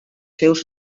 seus